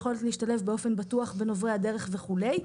יכולת להשתלב באופן בטוח בין עוברי הדרך וכולי.